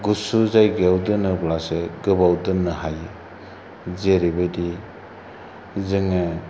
गुसु जायगायाव दोनोब्लासो गोबाव दोननो हायो जेरैबायदि जोङो